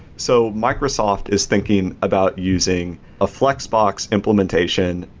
so microsoft is thinking about using a flexbox implementation,